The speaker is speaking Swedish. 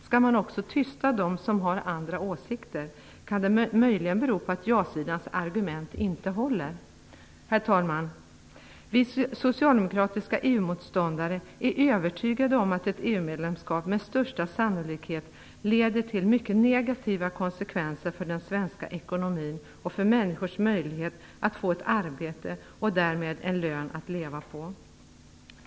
Skall man också tysta dem som har andra åsikter? Kan det möjligen bero på att ja-sidans argument inte håller? Herr talman! Vi socialdemokratiska EU motståndare är övertygade om att ett EU-medlemskap med största sannolikhet får mycket negativa konsekvenser för den svenska ekonomin och för människors möjlighet att få ett arbete och därmed en lön att leva på.